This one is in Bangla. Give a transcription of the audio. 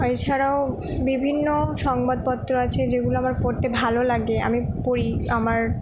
এছাড়াও বিভিন্ন সংবাদপত্র আছে যেগুলো আমার পড়তে ভালো লাগে আমি পড়ি আমার